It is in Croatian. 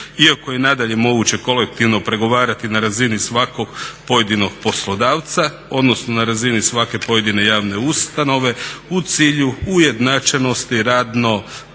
Iako je nadalje moguće kolektivno pregovarati na razini svakog pojedinog poslodavca odnosno na razini svake pojedine javne ustanove u cilju ujednačenosti radno